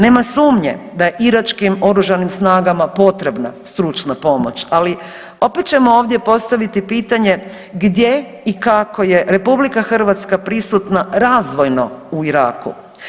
Nema sumnje da je iračkim oružanim snagama potrebna stručna pomoć, ali opet ćemo ovdje postaviti pitanje gdje i kako je RH prisutna razvojno u Iraku.